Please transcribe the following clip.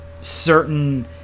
certain